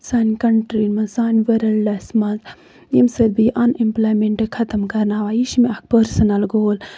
سانہِ کَنٹری منٛز سانہِ ؤرلڈس منٛز ییٚمہِ سۭتۍ بیٚیہِ اَن ایٚمپٕلایمیٚنٹ خَتٕم کرنہٕ آیہِ یہِ چھُ مےٚ اکھ پٔرسٕنَل گول